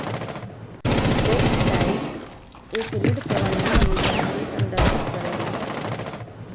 डेब्ट डाइट एक ऋण प्रबंधन योजना के संदर्भित करेला